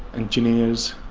engineers,